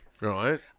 Right